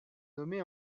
nommé